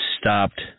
stopped